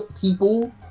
people